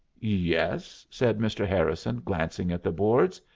yes, said mr. harrison, glancing at the boards.